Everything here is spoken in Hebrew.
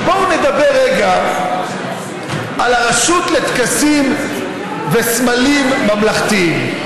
בואו נדבר רגע על הרשות לטקסים וסמלים ממלכתיים.